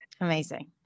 Amazing